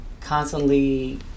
constantly